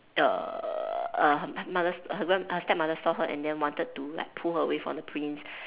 err her her mother her grand her stepmother saw her and then wanted to pull her away from the prince